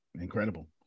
Incredible